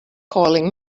calling